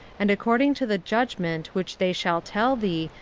and according to the judgment which they shall tell thee,